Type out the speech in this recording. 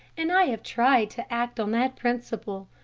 and i have tried to act on that principle.